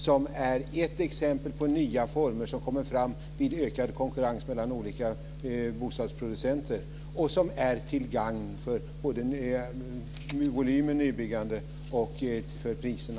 Det är ett exempel på nya former som kommer fram vid ökad konkurrens mellan olika bostadsproducenter och som är till gagn både för volymen i nybyggandet och för priserna.